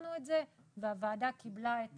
הסברנו את זה והוועדה קיבלה את